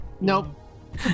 Nope